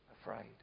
afraid